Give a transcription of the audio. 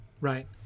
right